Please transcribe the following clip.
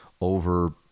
over